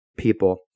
people